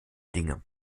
dinge